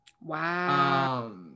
Wow